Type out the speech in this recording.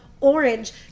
orange